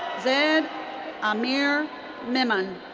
zaid aamir memon.